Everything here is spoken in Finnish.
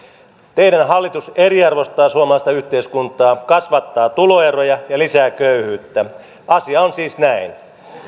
teidän hallituksenne eriarvoistaa suomalaista yhteiskuntaa kasvattaa tuloeroja ja lisää köyhyyttä asia on siis näin